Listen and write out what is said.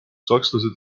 sakslased